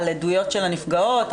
על עדויות של הנפגעות,